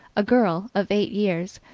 a girl of eight years,